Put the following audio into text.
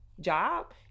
job